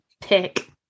pick